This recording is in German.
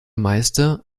meister